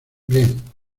bien